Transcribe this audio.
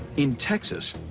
in texas,